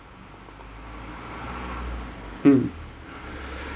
mm